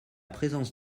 présence